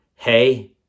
Hey